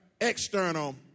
external